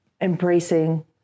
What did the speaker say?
embracing